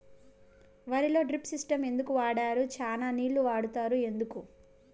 వరిలో drip system ఎందుకు వాడరు? చానా నీళ్లు వాడుతారు ఎందుకు?